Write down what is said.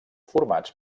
formats